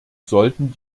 sollten